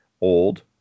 Old